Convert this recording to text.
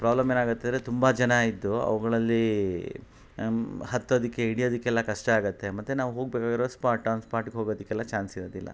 problem ಏನಾಗುತ್ತೆ ಅಂದರೆ ತುಂಬ ಜನ ಇದ್ದು ಅವುಗಳಲ್ಲಿ ಹತ್ತೋದಕ್ಕೆ ಇಳಿಯೋದಿಕ್ಕೆಲ್ಲ ಕಷ್ಟ ಆಗುತ್ತೆ ಮತ್ತು ನಾವು ಹೋಗಬೇಕಾಗಿರೋ ಸ್ಪಾಟ್ ಆನ್ ಸ್ಪಾಟ್ಗೆ ಹೋಗೋದಕ್ಕೆಲ್ಲ ಚಾನ್ಸ್ ಇರೋದಿಲ್ಲ